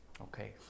Okay